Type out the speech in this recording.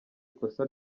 ikosa